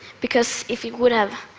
because if it would have,